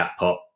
chatbot